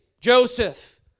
Joseph